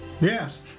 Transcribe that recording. Yes